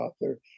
author